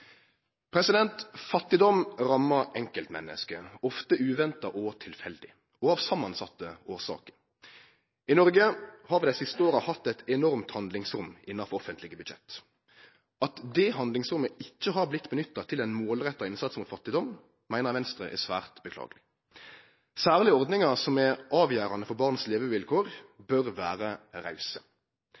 Fattigdom rammar enkeltmennesket, ofte uventa og tilfeldig – og av samansette årsaker. I Noreg har vi dei siste åra hatt eit enormt handlingsrom innanfor offentlege budsjett. At det handlingsrommet ikkje har vorte nytta til ein målretta innsats mot fattigdom, meiner Venstre er svært beklageleg. Særleg bør ordningar som er avgjerande for barns levevilkår vere rause.